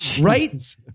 Right